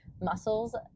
muscles